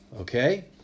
Okay